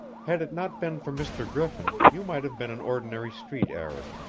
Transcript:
had it not been for mr. griffin you might have been an ordinary street arab.